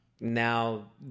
Now